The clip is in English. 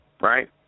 Right